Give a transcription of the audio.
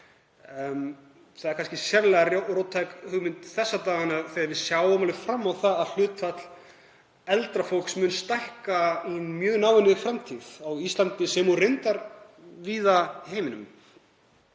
Það er kannski sérlega róttæk hugmynd þessa dagana þegar við sjáum fram á að hlutfall eldra fólks mun hækka í mjög náinni framtíð á Íslandi, sem og reyndar víða í heiminum.